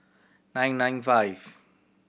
nine nine five